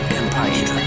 Empire